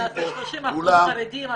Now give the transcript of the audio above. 30 אחוזים חרדים,